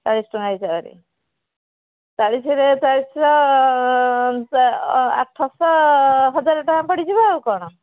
ଚାଳିଶ ଟଙ୍କା ହିସାବରେ ଚାଳିଶିରେ ଚାରିଶହ ଆଠଶହ ହଜାର ଟଙ୍କା ପଡ଼ିଯିବ ଆଉ କ'ଣ